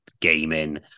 gaming